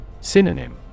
Synonym